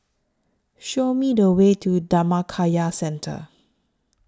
Show Me The Way to Dhammakaya Centre